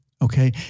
Okay